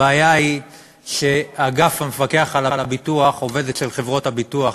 הבעיה היא שהמפקח על הביטוח עובד אצל חברות הביטוח,